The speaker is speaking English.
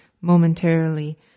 momentarily